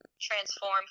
transform